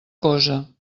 cosa